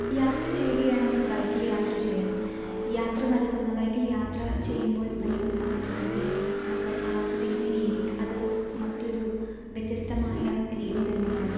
യാത്ര ചെയ്യുകയാണെങ്കിൽ ബൈക്കിൽ യാത്ര ചെയ്യണം യാത്ര നൽകുന്ന ബൈക്കിൽ യാത്ര ചെയ്യുമ്പോൾ നൽകുന്ന അനുഭൂതി നമ്മൾ ആസ്വദിക്കുന്ന രീതി അത് മറ്റൊരു വ്യത്യസ്തമായ രീതിതന്നെയാണ്